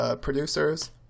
producers